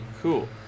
Cool